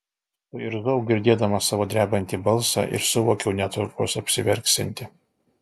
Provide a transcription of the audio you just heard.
suirzau girdėdama savo drebantį balsą ir suvokiau netrukus apsiverksianti